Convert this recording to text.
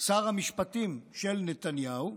שר המשפטים של נתניהו,